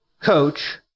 Coach